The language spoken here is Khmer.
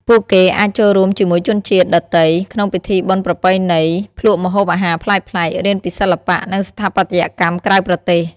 ពួកគេអាចចូលរួមជាមួយជនជាតិដទៃ ក្នុងពិធីបុណ្យប្រពៃណី ភ្លក់ម្ហូបអាហារប្លែកៗ រៀនពីសិល្បៈ និងស្ថាបត្យកម្មក្រៅប្រទេស។